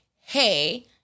hey